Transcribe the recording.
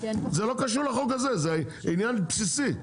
זה לא קשור לחוק הזה, זה עניין בסיסי.